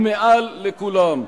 ומעל לכולם,